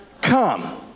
come